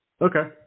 Okay